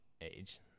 age